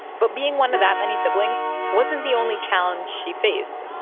but being one of that many siblings wasn't the only challenge she faced.